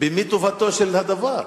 במי טובתו של הדבר?